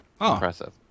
impressive